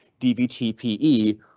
DVT-PE